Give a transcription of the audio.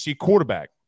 quarterback